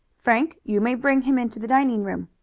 frank, you may bring him into the dining-room.